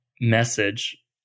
message